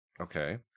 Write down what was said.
Okay